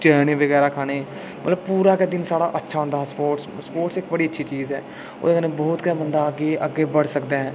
चने बगैरा खाने मतलब पूरा गै दिन साढ़ा अच्छा होंदा हा स्पोर्ट बड़ी अच्छी चीज़ है ओह्दे कन्नै बदां बहुत ही अग्गै बधी सकदा है